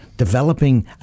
developing